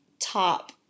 top